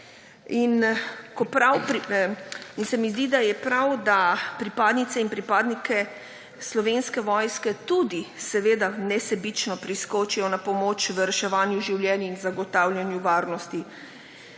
In se mi zdi, da je prav, da pripadnice in pripadniki Slovenske vojske tudi, seveda nesebično, priskočijo na pomoč v reševanju življenj in zagotavljanju varnosti.